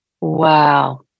Wow